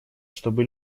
чтобы